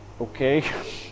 Okay